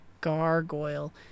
gargoyle